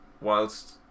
whilst